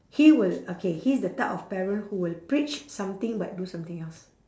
he will okay he's the type of parent who will preach something but do something else